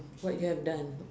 what you have done